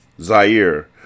Zaire